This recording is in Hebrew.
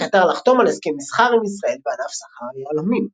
קטר לחתום על הסכם מסחר עם ישראל בענף סחר היהלומים.